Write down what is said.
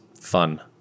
fun